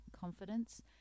confidence